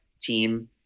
team